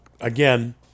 again